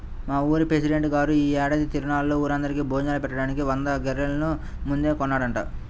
మా ఊరి పెసిడెంట్ గారు యీ ఏడాది తిరునాళ్ళలో ఊరందరికీ భోజనాలు బెట్టడానికి వంద గొర్రెల్ని ముందే కొన్నాడంట